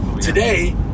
today